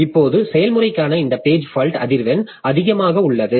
இப்போது செயல்முறைக்கான இந்த பேஜ் ஃபால்ட் அதிர்வெண் அதிகமாக உள்ளது